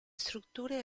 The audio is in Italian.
strutture